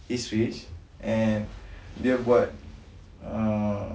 he's rich and dia buat um